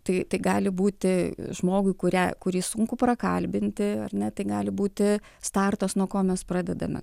tai tai gali būti žmogui kurią kurį sunku prakalbinti ar ne tai gali būti startas nuo ko mes pradedame